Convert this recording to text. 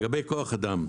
לגבי כוח אדם: